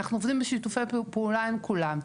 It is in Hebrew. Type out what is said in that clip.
אנחנו עובדים בשיתופי פעולה עם כולם.